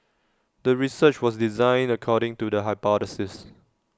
the research was designed according to the hypothesis